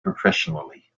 professionally